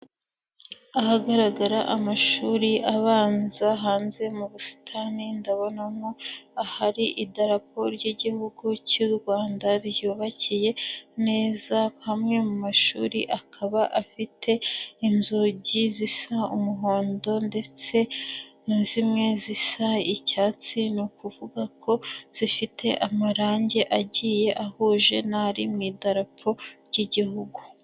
Ahagaragara amashuri abanza hanze mu busitani ndabonamo ahari idarapo ry'igihugu cy'u Rwanda ryubakiye neza, amwe mu mashuri akaba afite inzugi zisa umuhondo ndetse na zimwe zisa icyatsi, ni ukuvuga ko zifite amarangi agiye ahuje n'ari mu idarapo ry'igihugu.